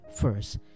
first